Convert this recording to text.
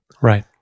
Right